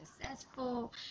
successful